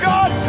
God